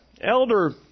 elder